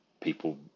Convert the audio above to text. people